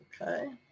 Okay